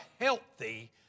healthy